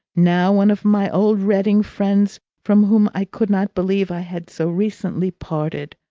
now one of my old reading friends from whom i could not believe i had so recently parted.